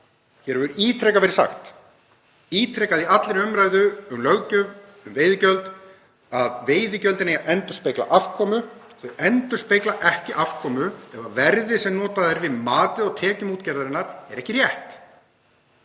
Hér hefur ítrekað verið sagt í allri umræðu um löggjöf um veiðigjöld að veiðigjöldin eigi að endurspegla afkomu. Þau endurspegla ekki afkomu ef verðið sem notað er við matið á tekjum útgerðarinnar er ekki rétt